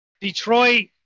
Detroit